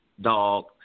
dog